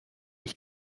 ich